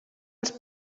els